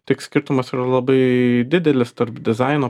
tik skirtumas yra labai didelis tarp dizaino